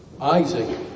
Isaac